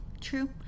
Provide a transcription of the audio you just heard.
true